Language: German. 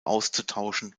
auszutauschen